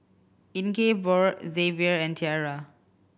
Ingeborg Zavier and Tiera